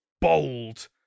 bold